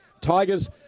Tigers